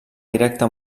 directe